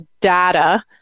data